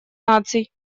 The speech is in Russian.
наций